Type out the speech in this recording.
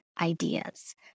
ideas